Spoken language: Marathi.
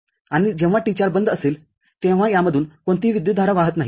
आणि जेव्हा T४ बंद असेल तेव्हा यामधून कोणतीही विद्युतधारा वाहात नाही